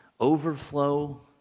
Overflow